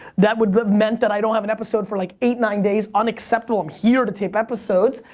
that would've meant that i don't have an episode for like, eight, nine days. unacceptable um here to tape episodes.